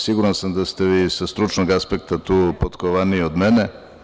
Siguran sam da ste vi sa stručnog aspekta tu potkovaniji od mene.